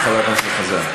חבר הכנסת חזן.